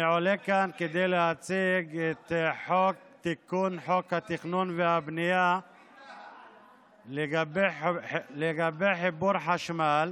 אני עולה לכאן כדי להציג את תיקון חוק התכנון והבנייה לגבי חיבור חשמל.